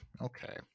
Okay